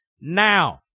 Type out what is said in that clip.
now